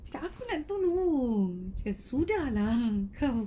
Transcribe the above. cakap aku nak tolong cakap sudah lah kamu